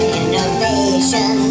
innovation